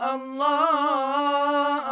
Allah